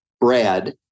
Brad